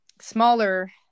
smaller